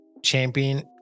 Champion